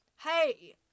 hey